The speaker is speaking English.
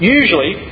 usually